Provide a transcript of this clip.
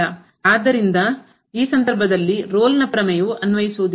ಆದ್ದರಿಂದ ಈ ಸಂದರ್ಭದಲ್ಲಿ ರೋಲ್ನ ಪ್ರಮೇಯವು ಅನ್ವಯಿಸುವುದಿಲ್ಲ